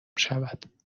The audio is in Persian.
شوند